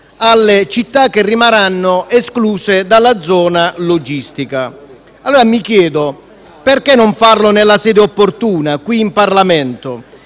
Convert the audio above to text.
alle città che rimarranno escluse dalla zona logistica. Allora mi chiedo perché non farlo nella sede opportuna, qui in Parlamento?